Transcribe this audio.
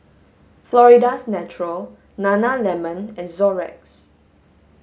Florida's Natural Nana lemon and Xorex